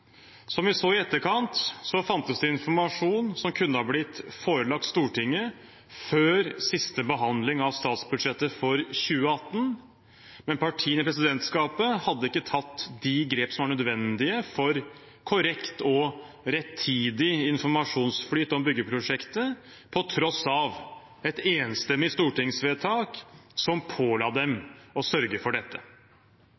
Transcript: Som vi så i etterkant, fantes det informasjon som kunne ha blitt forelagt Stortinget før siste behandling av statsbudsjettet for 2018, men partiene i presidentskapet hadde ikke tatt de grep som var nødvendige for korrekt og rettidig informasjonsflyt om byggeprosjektet, på tross av et enstemmig stortingsvedtak som påla dem